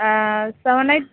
ah seven eight